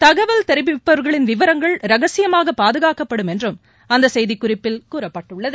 தகவல் தெரிவிப்பவர்களின் விபரங்கள் ரகசியமாக பாதுகாக்கப்படும் என்றும் அந்த செய்திக்குறிப்பில் கூறப்பட்டுள்ளது